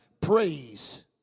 praise